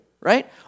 right